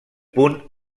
punt